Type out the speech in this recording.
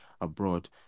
abroad